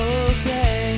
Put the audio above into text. okay